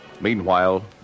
Meanwhile